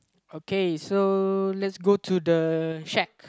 okay so let's go to the halt